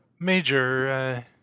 Major